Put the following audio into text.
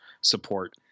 support